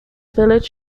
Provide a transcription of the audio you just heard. village